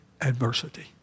adversity